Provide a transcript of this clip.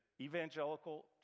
evangelical